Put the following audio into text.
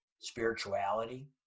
spirituality